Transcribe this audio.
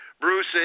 Bruce